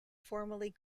formally